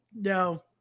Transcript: No